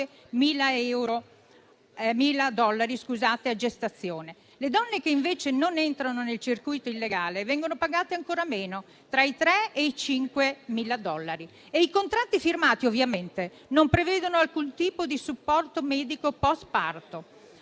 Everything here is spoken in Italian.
9.000 dollari a gestazione. Le donne che invece non entrano nel circuito illegale vengono pagate ancora meno, tra i 3 e i 5.000 dollari e i contratti firmati ovviamente non prevedono alcun tipo di supporto medico post-parto.